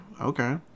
okay